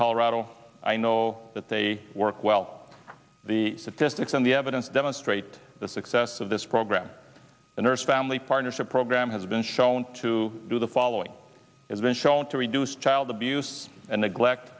colorado i know that they work well the statistics and the evidence demonstrate the success of this program the nurse family partnership program has been shown to do the following then shown to reduce child abuse and neglect